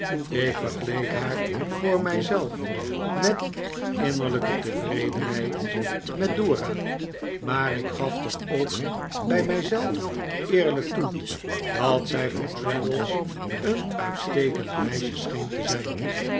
ik vergeleek haar voor mij zelf met innerlijke tevredenheid met dora maar ik gaf toch ook bij mij zelf eerlijk toe dat zij voor traddles een uitstekend meisje scheen te zijn